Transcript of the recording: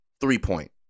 three-point